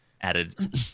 added